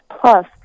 Plus